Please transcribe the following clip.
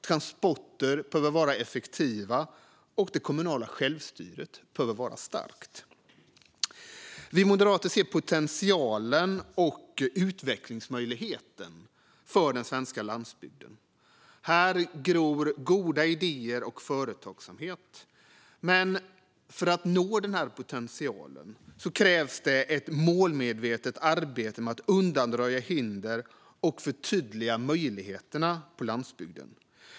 Transporter måste vara effektiva, och det kommunala självstyret behöver vara starkt. Vi moderater ser potentialen och utvecklingsmöjligheten för den svenska landsbygden. Här gror goda idéer och företagsamhet. Men för att nå potentialen krävs ett målmedvetet arbete med att undanröja hinder och förtydliga möjligheterna på landsbygden.